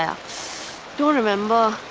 yeah don't remember.